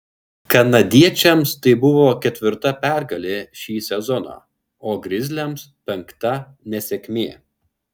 kanadiečiams tai buvo ketvirta pergalė šį sezoną o grizliams penkta nesėkmė